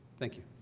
thank you